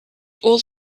all